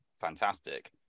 fantastic